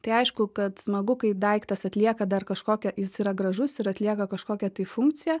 tai aišku kad smagu kai daiktas atlieka dar kažkokią jis yra gražus ir atlieka kažkokią tai funkciją